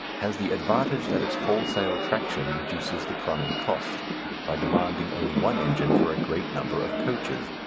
has the advantage that its wholesale traction reduces the prime cost by demanding only one engine for a great number of coaches.